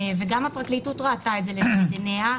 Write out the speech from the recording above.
וגם הפרקליטות ראתה זאת לנגד עיניה.